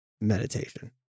meditation